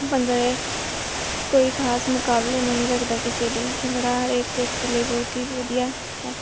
ਭੰਗੜਾ ਕੋਈ ਖਾਸ ਮੁਕਾਬਲੇ ਨਹੀਂ ਰੱਖਦਾ ਕਿਸੇ ਦੇ ਭੰਗੜਾ ਹਰੇਕ ਵਿਅਕਤੀ ਲਈ ਬਹੁਤ ਹੀ ਵਧੀਆ ਹੈ